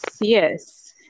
yes